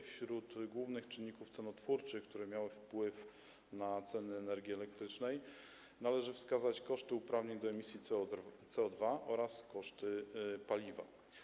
Wśród głównych czynników cenotwórczych, które miały wpływ na ceny energii elektrycznej, należy wskazać koszty uprawnień do emisji CO2 oraz koszty paliwa.